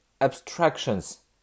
abstractions